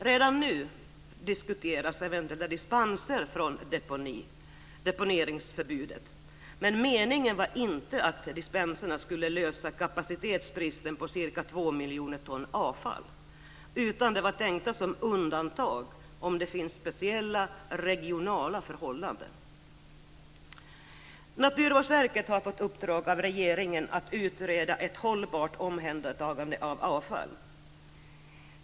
Redan nu diskuteras eventuella dispenser från deponeringsförbudet men meningen var inte att dispenserna skulle lösa kapacitetsbristen på ca 2 miljoner ton avfall, utan dispenserna var tänkta som undantag vid speciella regionala förhållanden. Naturvårdsverket har fått i uppdrag av regeringen att utreda ett hållbart omhändertagande av avfall.